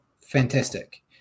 fantastic